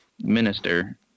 minister